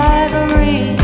ivory